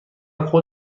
قول